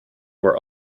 were